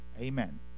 amen